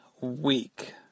week